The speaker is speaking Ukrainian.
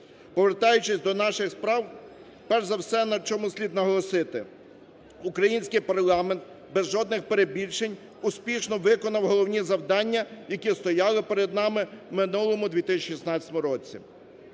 Повертаючись до наших справ, перш за все, на чому слід наголосити – український парламент, без жодних перебільшень, успішно виконав головні завдання, які стояли перед нами в минулому 2016 році.